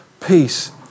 peace